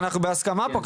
אנחנו בהסכמה פה.